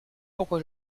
pourquoi